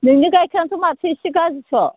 नोंनि गाइखेरा माथो इसे गाज्रिसो